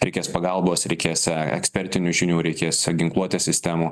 reikės pagalbos reikės e ekspertinių žinių reikės ginkluotės sistemų